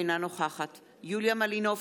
אינה נוכחת יוליה מלינובסקי,